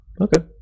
Okay